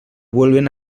vuelven